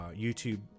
YouTube